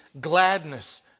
gladness